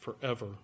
forever